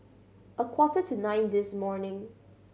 a quarter to nine this morning